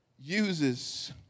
uses